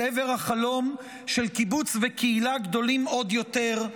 עבר החלום של קיבוץ וקהילה גדולים עוד יותר,